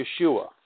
Yeshua